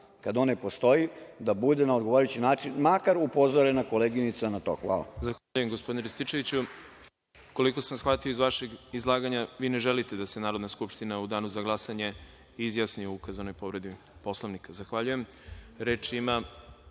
kada on ne postoji, da bude na odgovarajući način makar upozorena koleginica na to. Hvala.